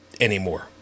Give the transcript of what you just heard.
anymore